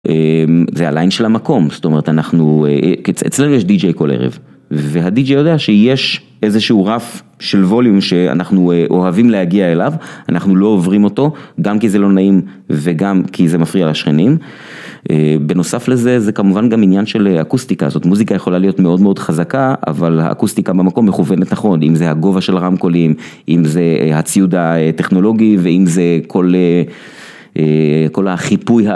זה הליין של המקום, זאת אומרת אנחנו, אצלנו יש DJ כל ערב וה-DJ יודע שיש איזה שהוא רף של ווליום שאנחנו אוהבים להגיע אליו, אנחנו לא עוברים אותו, גם כי זה לא נעים וגם כי זה מפריע לשכנים. בנוסף לזה זה כמובן גם עניין של אקוסטיקה, זאת מוזיקה יכולה להיות מאוד מאוד חזקה אבל האקוסטיקה במקום מכוונת נכון, אם זה הגובה של הרמקולים, אם זה הציוד הטכנולוגי ואם זה כל החיפוי.